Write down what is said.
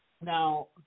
now